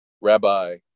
Rabbi